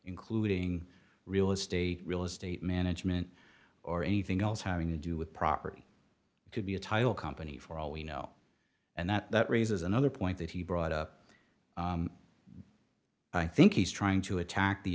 including real estate real estate management or anything else having to do with property could be a title company for all we know and that raises another point that he brought up i think he's trying to attack the